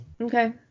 Okay